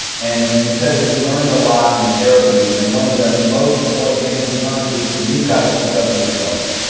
and he said that he learned a lot in therapy, and one of the most important things he learned is, you've gotta speak up for yourself.